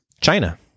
China